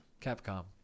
Capcom